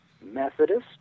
Methodist